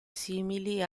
simili